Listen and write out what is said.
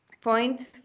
point